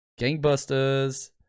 gangbusters